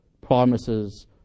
promises